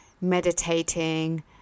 meditating